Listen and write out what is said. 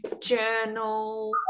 journal